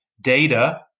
data